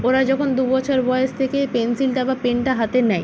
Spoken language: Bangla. ওরা যখন দু বছর বয়স থেকে পেনসিলটা বা পেনটা হাতে নেয়